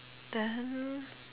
then